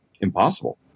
impossible